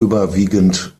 überwiegend